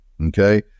okay